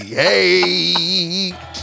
hey